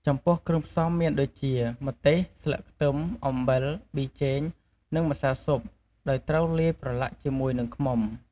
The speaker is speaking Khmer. ចំពោះគ្រឿងផ្សំមានដូចជា ម្ទេស ស្លឹកខ្ទឹម អំបិល ប៊ីចេង និងម្សៅស៊ុប ដោយត្រូវលាយប្រឡាក់ជាមួយនឹងឃ្មុំ។